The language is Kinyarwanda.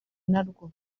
narwo